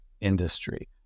industry